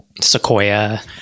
Sequoia